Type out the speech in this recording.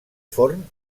forn